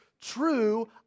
true